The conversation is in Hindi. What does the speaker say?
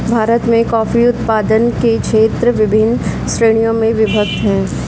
भारत में कॉफी उत्पादन के क्षेत्र विभिन्न श्रेणियों में विभक्त हैं